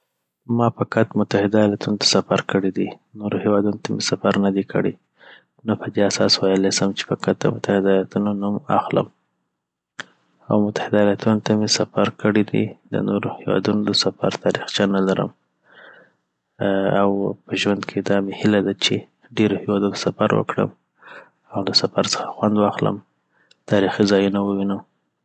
ما فقط متحده ايالاتونو ته سفر کړي دي نورو هیوادونو ته مي سفر ندی کړی نو پدی آساس ويلاي سم چي فقط د متحده ایالاتونو نوم اخلم او متحده ایالاتونو ته مي سفر کړي دي د نورو هیوادونو دسفر تاريخچه نلرم او په ژوند کی دا می هیله ده چی دیرو هیوادونو ته سفر وکړم او دسفر څخه خوند واخلم تاریخی ځایونه ووینم